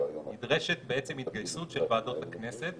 נדרשת התגייסות של ועדות הכנסת,